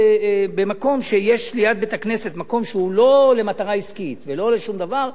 שבמקום שיש ליד בית-הכנסת מקום שהוא לא למטרה עסקית ולא לשום דבר,